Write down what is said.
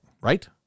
right